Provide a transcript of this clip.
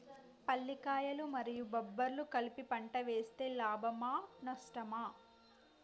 పల్లికాయలు మరియు బబ్బర్లు కలిపి పంట వేస్తే లాభమా? నష్టమా?